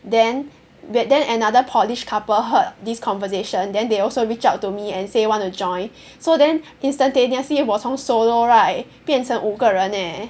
then when then another polish couple heard this conversation then they also reached out to me and say want to join so then instantaneously 我从 solo right 变成五个人 eh